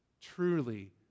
truly